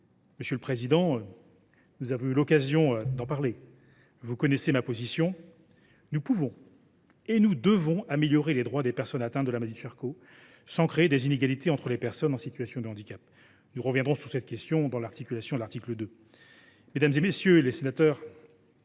Monsieur le président Mouiller, nous avons eu l’occasion d’en parler et vous connaissez ma position : nous pouvons et nous devons améliorer les droits des personnes atteintes de la maladie de Charcot sans créer des inégalités entre les personnes en situation de handicap. Nous reviendrons sur cette question lors de la discussion de l’article 2. Mesdames, messieurs les sénateurs,